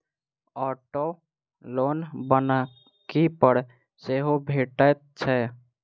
auto loan बन्हकी पर सेहो भेटैत छै